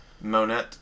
Monet